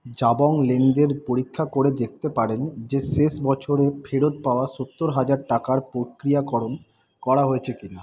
জাবং লেনদেন পরীক্ষা করে দেখতে পারেন যে শেষ বছরে ফেরত পাওয়া সত্তর হাজার টাকার প্রক্রিয়াকরণ করা হয়েছে কি না